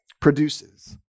produces